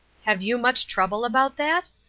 have you much trouble about that?